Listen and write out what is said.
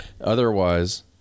otherwise